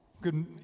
Good